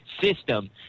system